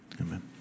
Amen